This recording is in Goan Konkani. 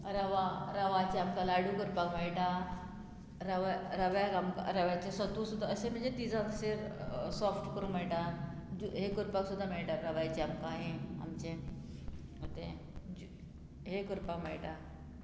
रवा रवाचें आमकां लाडू करपाक मेळटा रव्या रव्याक आमकां रव्याचें सत्व सुद्दां असेे तिजांचेर सॉफ्ट करूंक मेळटा हें करपाक सुद्दां मेळटा रवायचें आमकां हें आमचें तें हें करपाक मेळटा